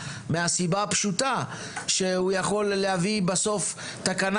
מהסיבה הפשוטה שהוא יכול להביא בסוף תקנה